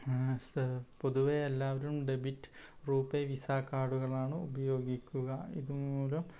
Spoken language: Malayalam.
പൊതുവെ എല്ലാവരും ഡെബിറ്റ് റൂപേ വിസ കാർഡുകളാണ് ഉപയോഗിക്കുക ഇതുമൂലം